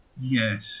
yes